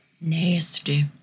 Nasty